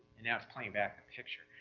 and now it's playing back the picture.